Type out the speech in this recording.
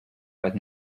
but